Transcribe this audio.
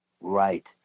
right